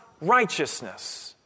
righteousness